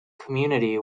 community